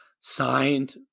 signed